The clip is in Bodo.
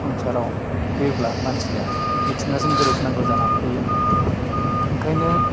संसाराव जेब्ला मानसिया मिथिगाजों गोरोबनांगौ जाना फैयो ओंखायनो